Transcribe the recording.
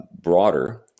broader